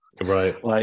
right